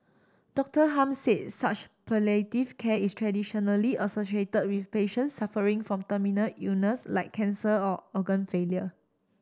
Doctor Hum said such palliative care is traditionally associated with patients suffering from terminal illness like cancer or organ failure